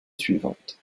suivante